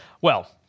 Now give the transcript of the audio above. Well-